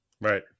right